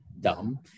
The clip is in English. dumb